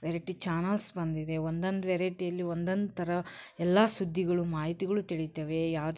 variety channels ಬಂದಿದೆ ಒಂದೊಂದು ವೆರೈಟಿಯಲ್ಲಿ ಒಂದೊಂದು ಥರ ಎಲ್ಲ ಸುದ್ದಿಗಳು ಮಾಹಿತಿಗಳು ತಿಳೀತವೆ ಯಾವ್ದು